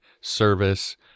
service